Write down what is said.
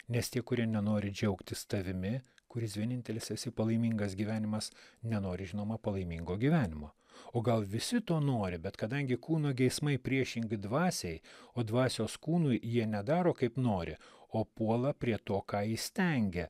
nes tie kurie nenori džiaugtis tavimi kuris vienintelis esi palaimingas gyvenimas nenori žinoma palaimingo gyvenimo o gal visi to nori bet kadangi kūno geismai priešingi dvasiai o dvasios kūnui jie nedaro kaip nori o puola prie to ką įstengia